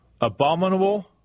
abominable